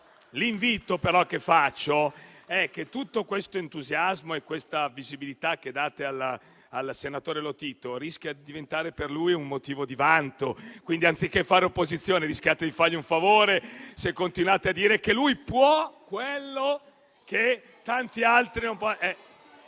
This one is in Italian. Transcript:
l'invito che faccio è che tutto questo entusiasmo e questa visibilità che date al senatore Lotito rischia di diventare per lui un motivo di vanto. Quindi, anziché fare opposizione, rischiate di fargli un favore, se continuate a dire che lui può quello che tanti altri non possono.